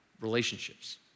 relationships